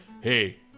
Hey